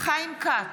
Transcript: חיים כץ,